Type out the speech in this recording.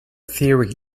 theory